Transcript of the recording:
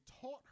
taught